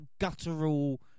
guttural